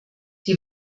die